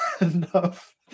enough